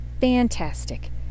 Fantastic